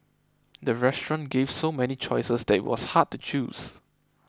the restaurant gave so many choices that was hard to choose